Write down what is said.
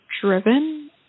driven